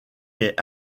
est